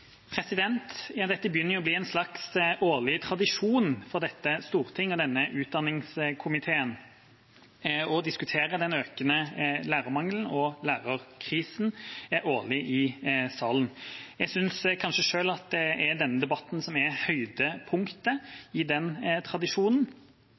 begynner jo å bli en slags årlig tradisjon for dette stortinget og denne utdanningskomiteen å diskutere den økende lærermangelen og lærerkrisen i salen her. Selv synes jeg at det er denne debatten som er høydepunktet